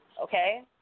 Okay